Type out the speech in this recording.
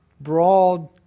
broad